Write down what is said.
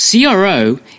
CRO